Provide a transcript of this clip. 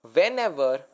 Whenever